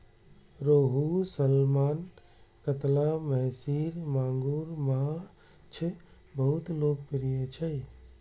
रोहू, सालमन, कतला, महसीर, मांगुर माछ बहुत लोकप्रिय छै